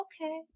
okay